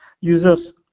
users